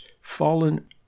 fallen